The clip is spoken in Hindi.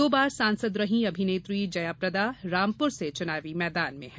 दो बार सांसद रहीं अभिनेत्री जयप्रदा रामपुर से चुनाव मैदान में हैं